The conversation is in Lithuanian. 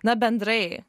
na bendrai